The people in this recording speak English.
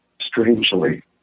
strangely